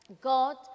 God